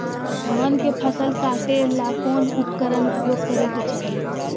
धान के फसल काटे ला कौन उपकरण उपयोग करे के चाही?